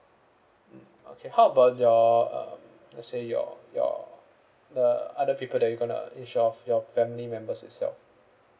mm okay how about your um let's say your your the other people that you going to insure of your family members itself